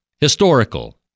Historical